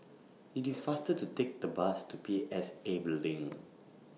IT IS faster to Take The Bus to P S A Building